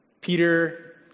Peter